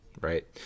right